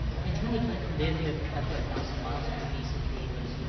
and who would like to live here for efer thousand miles from decent neebors?